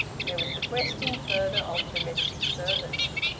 there was the question, further, of domestic service.